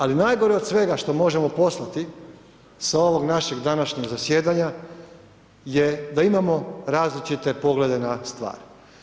Ali najgore od svega što možemo poslati sa ovog našeg današnjeg zasjedanja je da imamo različite poglede na stvar.